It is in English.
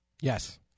Yes